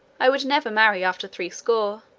i would never marry after threescore,